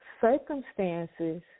circumstances